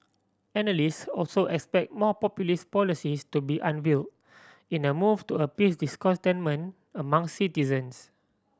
analyst also expect more populist policies to be unveil in a move to appease discontentment among citizens